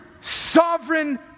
sovereign